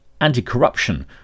anti-corruption